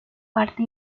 parte